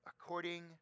according